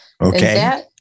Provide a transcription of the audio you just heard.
Okay